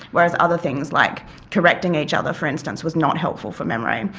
whereas other things like correcting each other for instance was not helpful for memory.